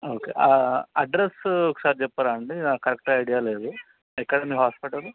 okay address ఒకసారి చెప్పరా అండి నాకు కరెక్ట్గా ఐడియా లేదు ఎక్కడ మీ హాస్పిటల్